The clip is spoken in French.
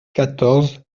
quatorze